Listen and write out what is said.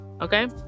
okay